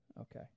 Okay